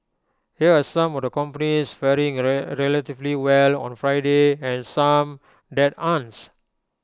here are some of the companies faring relatively well on Friday and some that aren'ts